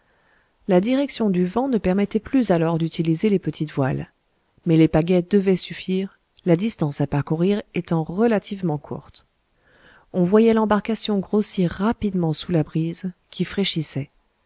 la direction du vent ne permettait plus alors d'utiliser les petites voiles mais les pagaies devaient suffire la distance à parcourir étant relativement courte on voyait l'embarcation grossir rapidement sous la brise qui fraîchissait